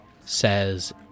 says